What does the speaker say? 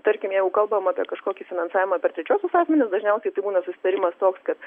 tarkim jeigu kalbam apie kažkokį finansavimą per trečiuosius asmenis dažniausiai tai būna susitarimas toks kad